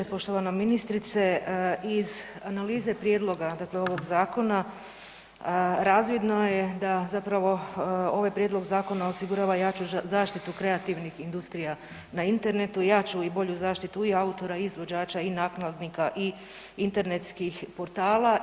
Poštovana ministrice, iz analize prijedloga, dakle ovog zakona, razvidno je da zapravo ovaj prijedlog zakona osigurava jaču zaštitu kreativnih industrija na internetu, jaču i bolju zaštitu i autora i izvođača i nakladnika i internetskih portala.